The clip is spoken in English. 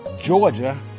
Georgia